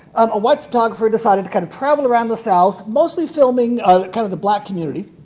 a white photographer decided to kind of travel around the south, mostly filming kind of the black community.